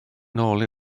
nôl